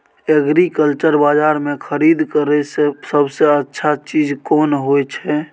Agriculture बाजार में खरीद करे से सबसे अच्छा चीज कोन होय छै?